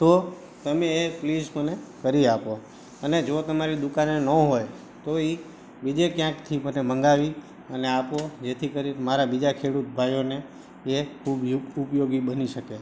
તો તમે એ પ્લીઝ મને કરી આપો અને જો તમારી દુકાને ન હોય તો એ બીજે ક્યાંકથી મને મગાવી અને આપો જેથી કરીને મારા બીજા ખેડૂતભાઈઓને એ ખૂબ ઉપયોગી બની શકે